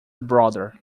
brother